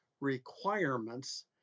requirements